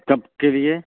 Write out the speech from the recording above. کب کے لیے